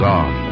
on